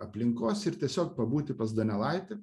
aplinkos ir tiesiog pabūti pas donelaitį